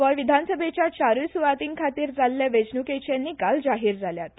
गोंय विधानसभेच्या चारूय सुवातींखातीर जाछ्छे वेचणूकेचे निकाल जाहीर जाल्यात